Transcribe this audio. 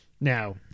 Now